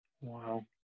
wow